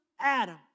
Adam